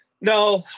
No